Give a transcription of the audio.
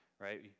right